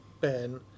Ben